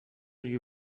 you